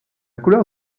couleur